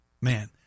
Man